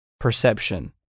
perception